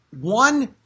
one